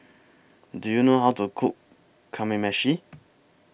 Do YOU know How to Cook Kamameshi